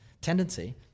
tendency